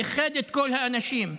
איחדה את כל האנשים,